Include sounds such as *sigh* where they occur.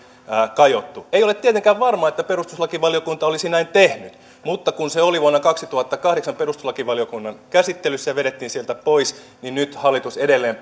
kajottu ei ole tietenkään varmaa että perustuslakivaliokunta olisi näin tehnyt mutta kun se oli vuonna kaksituhattakahdeksan perustuslakivaliokunnan käsittelyssä ja vedettiin sieltä pois niin nyt hallitus edelleen *unintelligible*